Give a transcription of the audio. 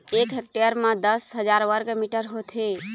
एक हेक्टेयर म दस हजार वर्ग मीटर होथे